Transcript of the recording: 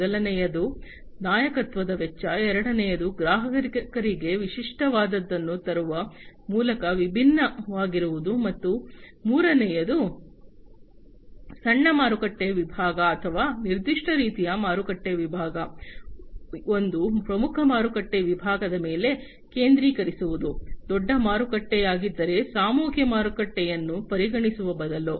ಮೊದಲನೆಯದು ನಾಯಕತ್ವದ ವೆಚ್ಚ ಎರಡನೆಯದು ಗ್ರಾಹಕರಿಗೆ ವಿಶಿಷ್ಟವಾದದ್ದನ್ನು ತರುವ ಮೂಲಕ ವಿಭಿನ್ನವಾಗಿರುವುದು ಮತ್ತು ಮೂರನೆಯದು ಸಣ್ಣ ಮಾರುಕಟ್ಟೆ ವಿಭಾಗ ಅಥವಾ ನಿರ್ದಿಷ್ಟ ರೀತಿಯ ಮಾರುಕಟ್ಟೆ ವಿಭಾಗ ಒಂದು ಪ್ರಮುಖ ಮಾರುಕಟ್ಟೆ ವಿಭಾಗದ ಮೇಲೆ ಕೇಂದ್ರೀಕರಿಸುವುದು ದೊಡ್ಡ ಮಾರುಕಟ್ಟೆಯಾಗಿದ್ದರೆ ಸಾಮೂಹಿಕ ಮಾರುಕಟ್ಟೆಯನ್ನು ಪರಿಗಣಿಸುವ ಬದಲು